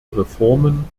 reformen